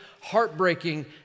heartbreaking